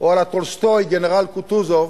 או א-לה טולסטוי, גנרל קוטוזוב,